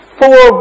four